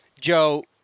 Joe